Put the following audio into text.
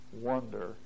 wonder